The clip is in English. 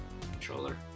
controller